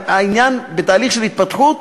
אבל העניין בתהליך של התפתחות,